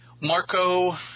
Marco